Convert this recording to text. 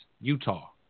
Utah